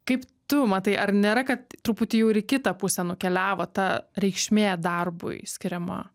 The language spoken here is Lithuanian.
kaip tu matai ar nėra kad truputį jau ir į kitą pusę nukeliavo ta reikšmė darbui skiriama